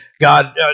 God